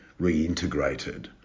reintegrated